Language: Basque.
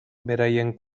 beraien